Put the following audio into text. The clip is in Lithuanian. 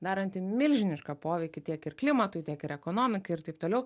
daranti milžinišką poveikį tiek ir klimatui tiek ir ekonomikai ir taip toliau